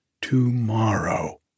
Tomorrow